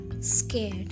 scared